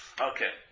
Okay